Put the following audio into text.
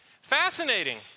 Fascinating